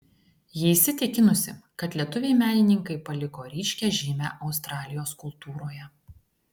ji įsitikinusi kad lietuviai menininkai paliko ryškią žymę australijos kultūroje